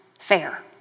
fair